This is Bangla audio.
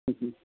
হুম হুম